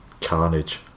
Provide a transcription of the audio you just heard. carnage